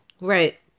Right